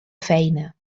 feina